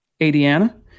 Adiana